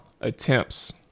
attempts